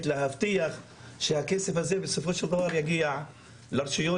להבטיח שהכסף הזה בסופו של דבר יגיע לרשויות,